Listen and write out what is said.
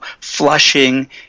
flushing